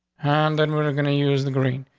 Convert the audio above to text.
and and we're gonna use the green.